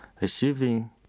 receiving